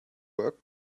work